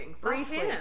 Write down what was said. Briefly